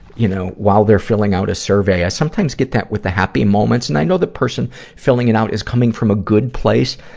you know, while they're filling out a survey. i sometimes get that with the happy moments, and i know the person filling it out is coming from a good place.